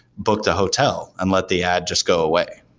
book the hotel and let the ad just go away.